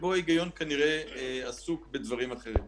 שבהם הוא עסוק בדברים אחרים.